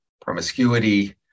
promiscuity